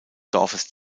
dorfes